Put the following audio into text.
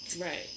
right